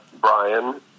Brian